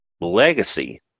Legacy